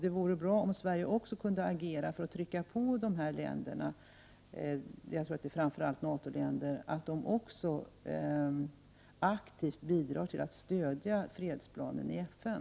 Det vore bra om Sverige också kunde agera för att trycka på dessa länder — jag tror att det framför allt är NATO-länder — att aktivt stödja fredsplanen i FN.